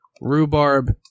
rhubarb